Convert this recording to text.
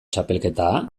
txapelketa